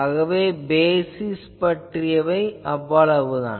ஆகவே பேசிஸ் பற்றியவை அவ்வளவுதான்